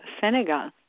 Senegal